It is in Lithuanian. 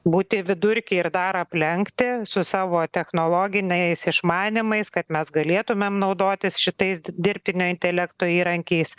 būti vidurky ir dar aplenkti su savo technologiniais išmanymais kad mes galėtumėm naudotis šitais dirbtinio intelekto įrankiais